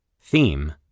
Theme